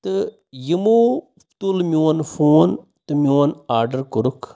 تہٕ یِمو تُل میون فون تہٕ میون آڈَر کوٚرُکھ